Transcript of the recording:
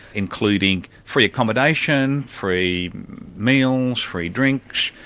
including free accommodation, free meals, free drinks,